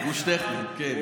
גוש טכני, כן.